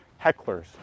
hecklers